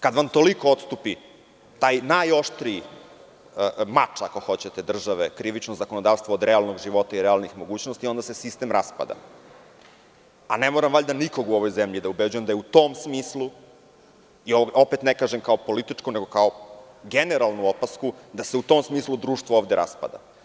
Kad vam toliko odstupi taj najoštriji mač, ako hoćete države, krivično zakonodavstvo od realnog života i realnih mogućnosti, onda se sistem raspada, a ne moram valjda nikog u ovoj zemlji da ubeđujem da je u tom smislu, opet ne kažem kao političko, nego kao generalnu opasku da se u tom smislu društvo ovde raspada.